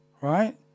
Right